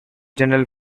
general